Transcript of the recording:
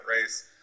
race